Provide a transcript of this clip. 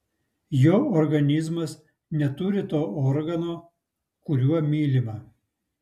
jo organizmas neturi to organo kuriuo mylima